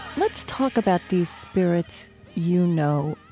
let's talk about these spirits you know.